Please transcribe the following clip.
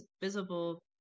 visible